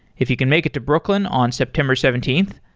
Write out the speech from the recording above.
if you can make it to brooklyn on september seventeenth,